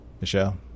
Michelle